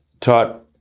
taught